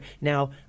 Now